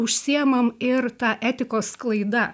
užsiimam ir ta etikos sklaida